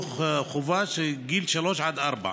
חינוך חובה לגילי שלוש עד ארבע.